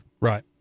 Right